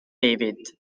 david